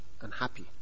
unhappy